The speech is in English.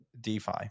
DeFi